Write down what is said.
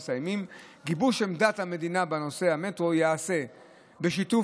גיבוש עמדת המדינה בנושא המטרו ייעשה בשיתוף